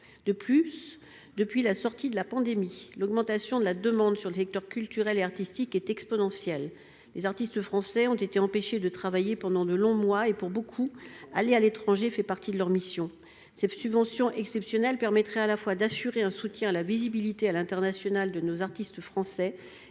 De plus, depuis la sortie de la pandémie, l'augmentation de la demande dans le secteur culturel et artistique est exponentielle. Les artistes français ont été empêchés de travailler pendant de longs mois. Or, pour beaucoup, aller à l'étranger fait partie de leur mission. Cette subvention exceptionnelle permettrait à la fois d'accroître la visibilité des artistes français à